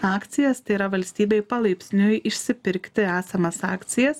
akcijas tai yra valstybei palaipsniui išsipirkti esamas akcijas